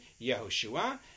Yehoshua